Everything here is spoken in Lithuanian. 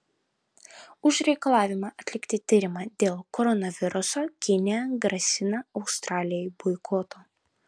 už reikalavimą atlikti tyrimą dėl koronaviruso kinija grasina australijai boikotu